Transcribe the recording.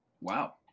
Wow